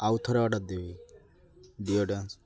ଆଉଥରେ ଅର୍ଡ଼ର ଦେବି ଡିଓଡ୍ରାନ୍ସ